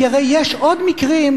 כי הרי יש עוד מקרים,